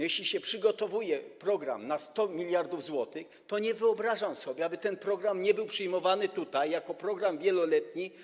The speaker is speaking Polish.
Jeśli się przygotowuje program na 100 mld zł, to nie wyobrażam sobie, aby ten program nie był przyjmowany przez posłów jako program wieloletni.